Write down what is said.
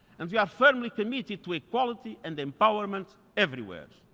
and we are firmly committed to equality and empowerment everywhere.